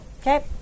Okay